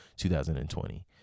2020